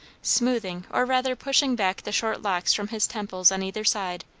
smoothing or rather pushing back the short locks from his temples on either side,